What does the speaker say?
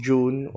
June